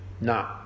No